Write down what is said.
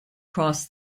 cross